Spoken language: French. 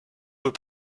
veut